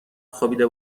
خوابیده